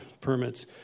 permits